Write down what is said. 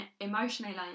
emotionally